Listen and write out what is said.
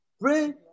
Pray